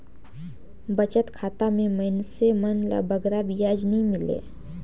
बचत खाता में मइनसे मन ल बगरा बियाज नी मिले